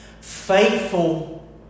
faithful